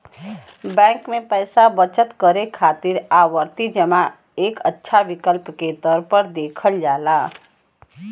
bank में पैसा बचत करे खातिर आवर्ती जमा एक अच्छा विकल्प के तौर पर देखल जाला